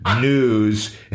news